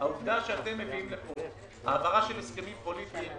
העובדה שאתם מביאים לפה העברה של הסכמים פוליטיים,